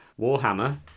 Warhammer